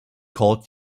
called